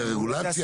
יש איזו רגולציה?